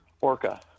Orca